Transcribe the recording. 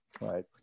right